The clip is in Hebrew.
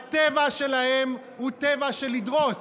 הטבע שלהם הוא טבע של לדרוס.